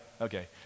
Okay